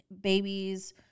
Babies